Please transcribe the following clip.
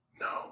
No